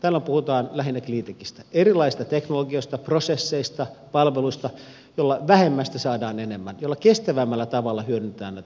tällöin puhutaan lähinnä cleantechistä erilaisista teknologioista prosesseista palveluista joilla vähemmästä saadaan enemmän joilla kestävämmällä tavalla hyödynnetään näitä luonnonvaroja